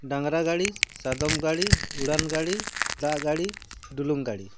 ᱰᱟᱝᱨᱟ ᱜᱟᱹᱰᱤ ᱥᱟᱫᱚᱢ ᱜᱟᱹᱰᱤ ᱩᱰᱟᱹᱱ ᱜᱟᱹᱰᱤ ᱫᱟᱜ ᱜᱟᱹᱰᱤ ᱰᱩᱞᱩᱝ ᱜᱟᱹᱰᱤ